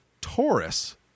Taurus